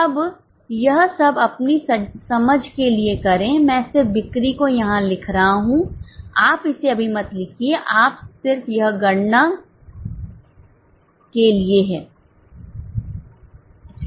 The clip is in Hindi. अब यह सब अपनी समझ के लिए करें मैं सिर्फ बिक्री को यहाँ लिख रहा हूँ आप इसे अभी मत लिखिए यह सिर्फ आपकी गणना के लिए है